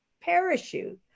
parachute